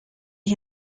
est